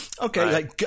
Okay